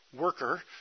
worker